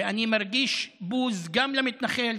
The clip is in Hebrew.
ואני מרגיש בוז גם למתנחל,